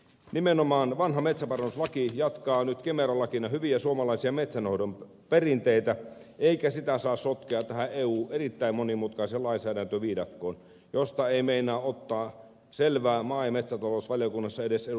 nimenomaan vanha metsänparannuslaki jatkaa nyt kemera lakina hyviä suomalaisia metsänhoidon perinteitä eikä sitä saa sotkea tähän eun erittäin monimutkaiseen lainsäädäntöviidakkoon josta ei meinaa ottaa selvää maa ja metsätalousvaliokunnassa edes ed